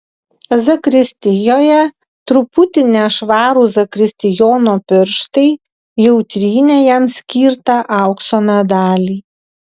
zakristijoje truputį nešvarūs zakristijono pirštai jau trynė jam skirtą aukso medalį